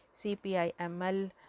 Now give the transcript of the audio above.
CPIML